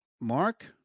Mark